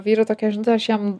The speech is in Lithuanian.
vyrui tokią žinutę aš jam